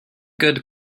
good